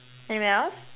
anywhere else